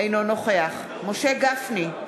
אינו נוכח משה גפני,